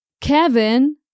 Kevin